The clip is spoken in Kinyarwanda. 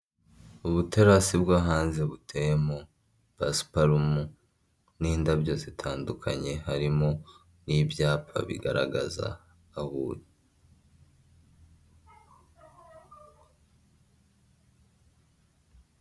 Ubutarasi bwo hanze buteyemo pasiparumu n'indabyo zitandukanye harimo n'ibyapa bigaragaza aho uri.